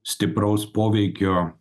stipraus poveikio